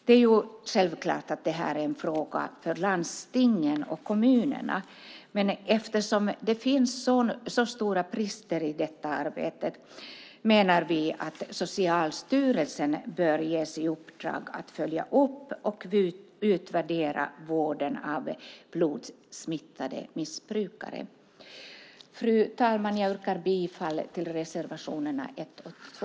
Det är självklart en fråga för landstingen och kommunerna, men eftersom det finns så stora brister i detta arbete menar vi att Socialstyrelsen bör ges i uppdrag att följa upp och utvärdera vården av blodsmittade missbrukare. Fru talman! Jag yrkar bifall till reservationerna 1 och 2.